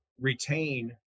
retain